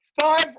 Five